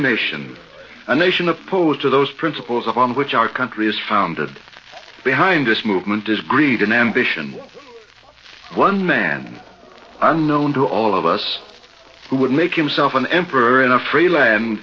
nation a nation opposed to those principles on which our country is founded behind this movement this greed and ambition one man i'm known to all of us who would make himself an emperor in a free land